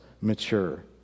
mature